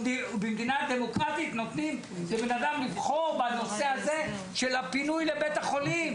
במדינה דמוקרטית נותנים לבן אדם לבחור בנושא הזה של הפינוי לבית החולים